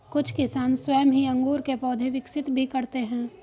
कुछ किसान स्वयं ही अंगूर के पौधे विकसित भी करते हैं